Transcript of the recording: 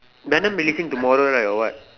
venom releasing tomorrow right or what